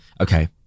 Okay